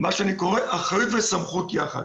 מה שאני קורא אחריות וסמכות יחד.